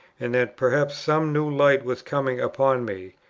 and that perhaps some new light was coming upon me.